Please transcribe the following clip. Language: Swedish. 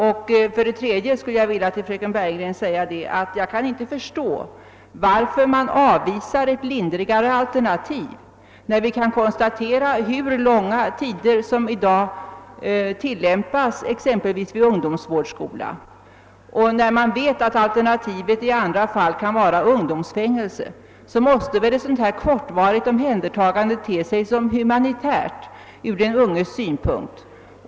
Till fröken Bergegren skulle jag vilja säga att jag inte kan förstå varför man avvisar ett lindrigare alternativ när vi kan konstatera hur långa omhändertagandetider som i dag tillämpas exempelvis vid ungdomsvårdsskola. även som ett alternativ till ungdomsfängelse, måste ett kortvarigt omhändertagande te sig som humanitärt ur den unges synpunkt.